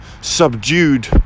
subdued